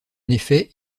effet